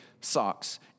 socks